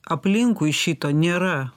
aplinkui šito nėra